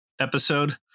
episode